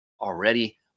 already